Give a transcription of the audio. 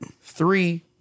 three